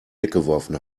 weggeworfen